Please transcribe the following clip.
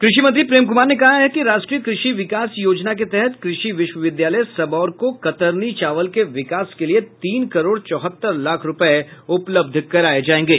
कृषि मंत्री प्रेम कुमार ने कहा है कि राष्ट्रीय कृषि विकास योजना के तहत कृषि विश्वविद्यालय सबौर को कतरनी चावल के विकास के लिए तीन करोड चौहत्तर लाख रूपये उपलब्ध कराये जायेंगे